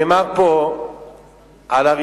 שנאמר פה על-ידי חברת הכנסת,